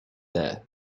there